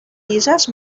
llises